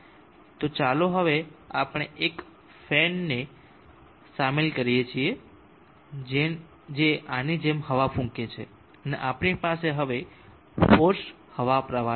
તો ચાલો હવે આપણે એક ફેનને શામેલ કરીએ જે આની જેમ હવા ફૂંકે છે અને આપણી પાસે હવે ફોર્સ્ડ હવા પ્રવાહ છે